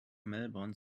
melbourne